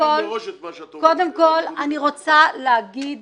קודם כל אני רוצה להגיד